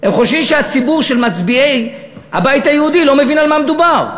הם חושבים שהציבור של מצביעי הבית היהודי לא מבין על מה מדובר.